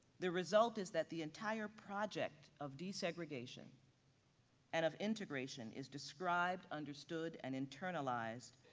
the result is that the entire project of desegregation and of integration is described, understood and internalized,